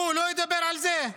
הוא לא ידבר על זה.